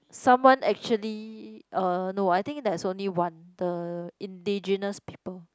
someone actually uh no I think there's only one the indigenous people